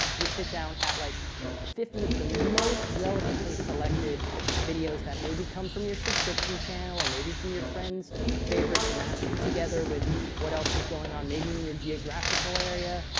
you sit down at like fifty of the most relevantly selected videos that maybe come from your subscription channel, or maybe from your friends favorites mashed together with what else is going on maybe in your geographical area,